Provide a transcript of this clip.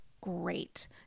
great